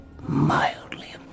mildly